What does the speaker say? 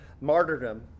martyrdom